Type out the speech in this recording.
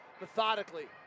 methodically